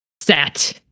set